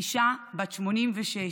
אישה בת 86,